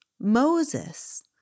Moses